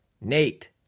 Nate